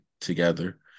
together